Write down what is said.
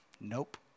Nope